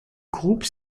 groupe